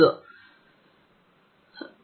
ಸಾರಾಂಶ ಅಂಕಿಅಂಶಗಳು ಏನೂ ಅರ್ಥವಲ್ಲ ಮಧ್ಯಮ ಮತ್ತು ಇನ್ನೂ